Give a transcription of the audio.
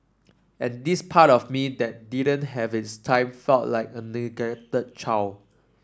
and this part of me that didn't have its time felt like a child